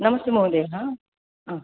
नमस्ते महोदय हा